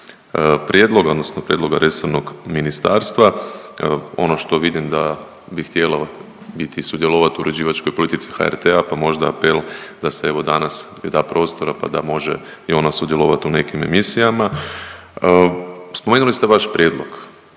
prijedloga odnosno prijedloga resornog ministarstva. Evo ono što vidim da bi htjela biti i sudjelovat u uređivačkoj politici HRT-a pa možda apel da se evo danas joj da prostora pa da može i ona sudjelovati u nekim emisijama. Spomenuli ste vaš prijedlog,